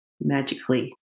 magically